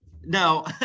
No